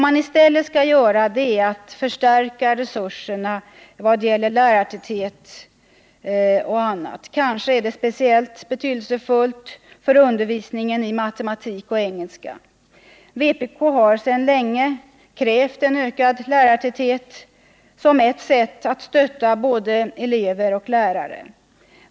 Man skall i stället förstärka resurserna vad gäller lärartäthet m.m. — kanske är det speciellt betydelsefullt för undervisningen i matematik och engelska. Vpk har sedan länge krävt en ökad lärartäthet som ett sätt att stötta både elever och lärare.